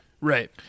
Right